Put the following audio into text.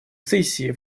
сессии